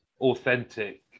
authentic